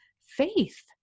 faith